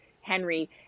Henry